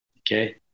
Okay